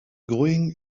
going